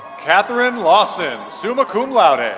catherine lawson, summa cum laude. and